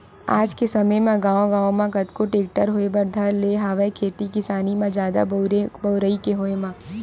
आज के समे म गांव गांव म कतको टेक्टर होय बर धर ले हवय खेती किसानी म जादा बउरई के होय म